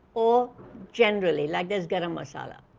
or generally like there's garam masala.